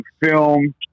film